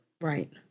Right